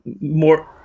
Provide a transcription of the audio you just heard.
more